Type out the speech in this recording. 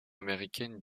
américaine